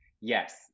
yes